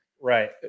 right